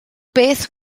beth